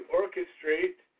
orchestrate